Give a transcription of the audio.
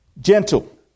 Gentle